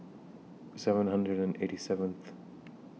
seven hundred and eighty seventh